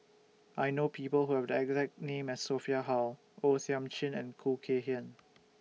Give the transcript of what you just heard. I know People Who Have The exact name as Sophia Hull O Thiam Chin and Khoo Kay Hian